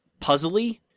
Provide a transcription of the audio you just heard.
puzzly